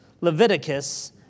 Leviticus